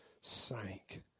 sank